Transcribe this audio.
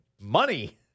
money